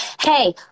hey